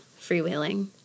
freewheeling